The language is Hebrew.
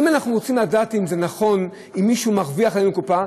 אם אנחנו רוצים לדעת אם זה נכון ואם מישהו מרוויח עלינו קופה,